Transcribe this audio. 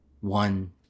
one